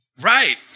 Right